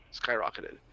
skyrocketed